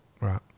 right